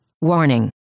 Warning